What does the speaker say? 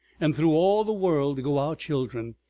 and through all the world go our children,